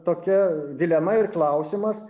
tokia dilema ir klausimas